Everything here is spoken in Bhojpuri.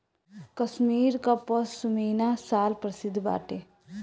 कश्मीर कअ पशमीना शाल प्रसिद्ध बाटे